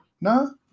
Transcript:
No